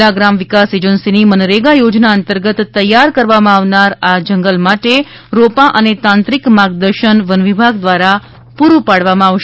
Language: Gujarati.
જિલ્લા ગ્રામ વિકાસ એજન્સીની મનરેગા યોજના અંતર્ગત તૈયાર કરવામાં આવનાર આ જંગલ માટે રોપા અને તાંત્રિક માર્ગદર્શન વન વિભાગ દ્વારા પુરૂં પાડવામાં આવશે